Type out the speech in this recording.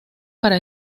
para